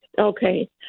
Okay